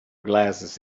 glasses